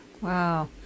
Wow